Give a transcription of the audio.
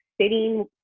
sitting